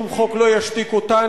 שום חוק לא ישתיק אותנו.